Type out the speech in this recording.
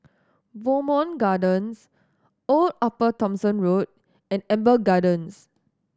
Bowmont Gardens Old Upper Thomson Road and Amber Gardens